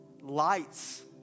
lights